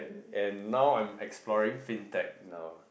and now I'm exploring Fintech now